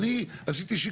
אני לא מונע.